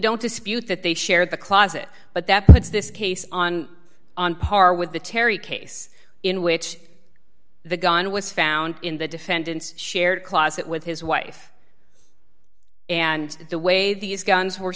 don't dispute that they share the closet but that this case on on par with the terry case in which the gun was found in the defendant's shared closet with his wife and the way these guns were